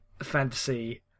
fantasy